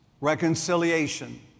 reconciliation